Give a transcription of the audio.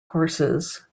horses